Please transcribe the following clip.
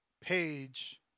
page